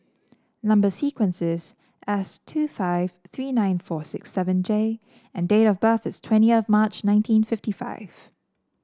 number sequence is S two five three nine four six seven J and date of birth is twenty of March nineteen fifty five